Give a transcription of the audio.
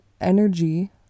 Energy